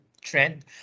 trend